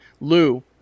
Lou